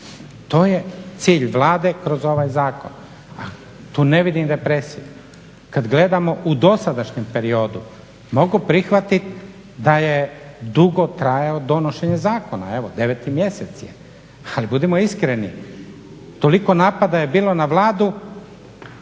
To je cilj Vlade kroz ovaj zakon. Tu ne vidim represiju. Kad gledamo u dosadašnjem periodu mogu prihvatit da je dugo trajalo donošenje zakona, evo 9 mjesec je. Ali budimo iskreni, toliko napada je bilo na Vladu